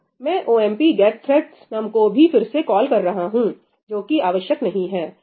मैं omp get thread nums को भी फिर से कॉल कर रहा हूं जोकि आवश्यक नहीं है